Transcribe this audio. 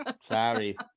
sorry